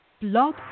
Blog